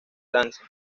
trance